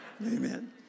Amen